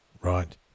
right